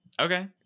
okay